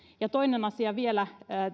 toinen asia vielä